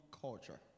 culture